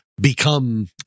become